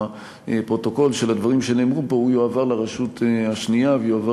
שהפרוטוקול של הדברים שנאמרו פה יועבר לרשות השנייה ויועבר